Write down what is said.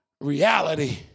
Reality